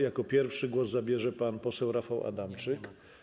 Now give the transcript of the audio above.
Jako pierwszy głos zabierze pan poseł Rafał Adamczyk.